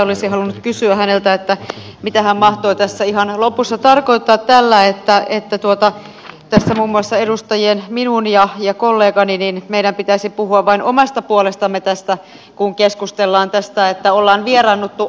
olisin halunnut kysyä häneltä mitä hän mahtoi tässä ihan lopussa tarkoittaa tällä että tässä minun ja kollegani pitäisi puhua vain omasta puolestamme kun keskustellaan tästä että ollaan vieraannuttu arjesta